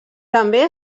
també